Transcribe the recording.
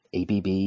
ABB